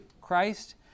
Christ